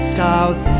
south